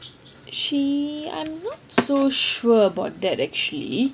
she I'm not so sure about that actually